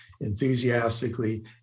enthusiastically